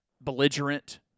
belligerent